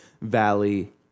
Valley